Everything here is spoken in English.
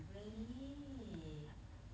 really